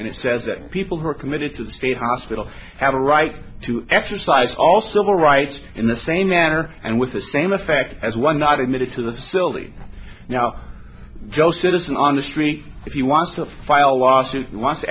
and it says that people who are committed to the state hospital have a right to exercise all civil rights in the same manner and with the same effect as one not admitted to the facility now joe citizen on the street if you want to file a lawsuit you want to